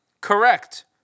Correct